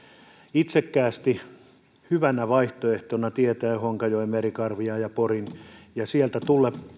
itsekkäästi hyvänä vaihtoehtona tietäen honkajoen merikarvian ja porin ja sieltä tulleen